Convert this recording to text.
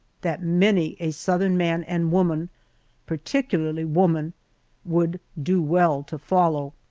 that many a southern man and woman particularly woman would do well to follow.